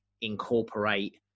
incorporate